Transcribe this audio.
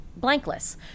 blankless